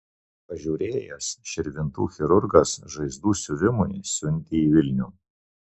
pažiūrėjęs širvintų chirurgas žaizdų siuvimui siuntė į vilnių